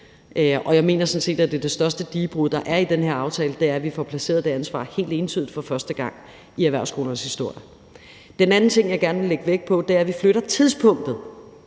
det største digebrud, der er i den her aftale, er, at vi får placeret det ansvar helt entydigt for første gang i erhvervsskolernes historie. Den anden ting, jeg gerne vil lægge vægt på, er, at vi flytter tidspunktet,